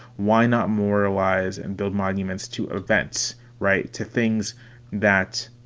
why not moralize and build monuments to events, right. to things that,